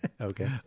Okay